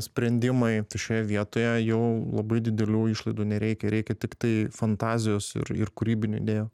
sprendimai tai šioje vietoje jau labai didelių išlaidų nereikia reikia tiktai fantazijos ir ir kūrybinių idėjų